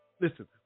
listen